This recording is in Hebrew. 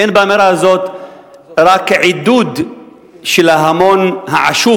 אין באמירה הזאת רק עידוד של ההמון העשוק